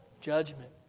Judgment